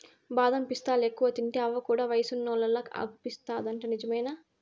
బాదం పిస్తాలెక్కువ తింటే అవ్వ కూడా వయసున్నోల్లలా అగుపిస్తాదంట నిజమేనా